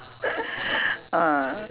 ah